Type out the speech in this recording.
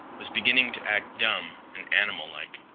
was beginning to act dumb and animal-like.